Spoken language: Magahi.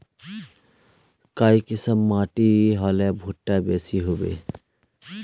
काई किसम माटी होले भुट्टा बेसी होबे?